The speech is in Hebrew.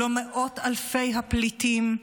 לא מאות אלפי הפליטים,